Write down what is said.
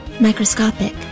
Microscopic